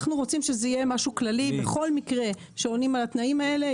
אנחנו רוצים שזה משהו כללי בכל מקרה כשעונים על התנאים האלה,